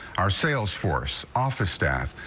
our sales force office staff.